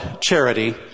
charity